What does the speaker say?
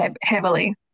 heavily